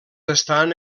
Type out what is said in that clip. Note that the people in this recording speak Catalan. estan